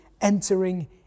entering